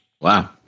Wow